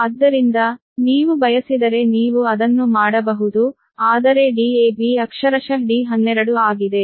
ಆದ್ದರಿಂದ ನೀವು ಬಯಸಿದರೆ ನೀವು ಅದನ್ನು ಮಾಡಬಹುದು ಆದರೆ Dab ಅಕ್ಷರಶಃ D12 ಆಗಿದೆ